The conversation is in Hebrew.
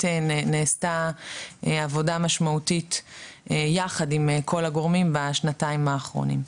נעשתה עבודה משמעותית יחד עם כל הגורמים בשנתיים האחרונות.